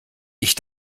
ich